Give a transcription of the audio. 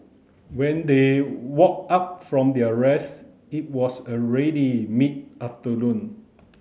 when they woke up from their rest it was already mid afternoon